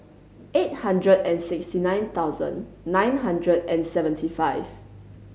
eight hundred and sixty nine thousand nine hundred and seventy five